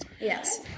Yes